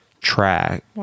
track